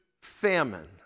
famine